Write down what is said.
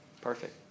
perfect